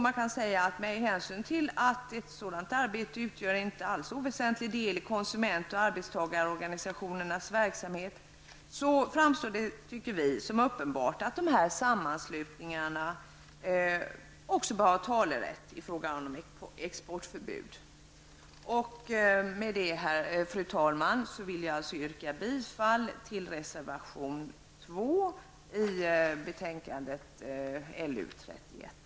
Med hänsyn till att ett sådant arbete utgör en inte oväsentlig del i konsument och arbetstagarorganisationernas verksamhet, framstår det enligt vår mening som uppenbart att också dessa sammanslutningar bör ha talerätt i frågan om exportförbud. Med detta, fru talman, yrkar jag bifall till reservation 2 till betänkande LU31.